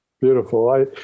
Beautiful